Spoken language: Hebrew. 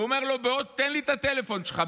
הוא אומר לו: תן לי את הטלפון שלך,